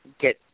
get